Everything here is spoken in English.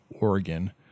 Oregon